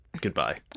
Goodbye